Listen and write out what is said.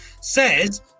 says